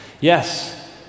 Yes